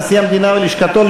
נשיא המדינה ולשכתו,